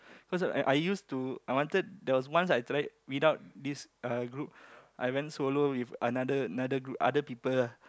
because I I used to I wanted there was once I tried without this uh group I went solo with another another group other people lah